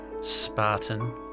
Spartan